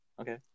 Okay